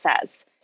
says